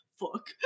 fuck